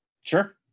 Sure